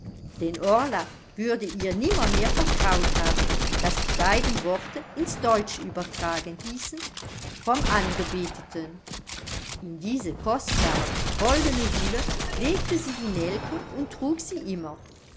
denn orla würde ihr nimmermehr vertraut haben daß die beiden worte ins deutsche übertragen hießen vom angebeteten in diese kostbare goldene hülle legte sie die nelke und trug sie immer